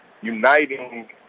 uniting